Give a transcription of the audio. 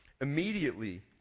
Immediately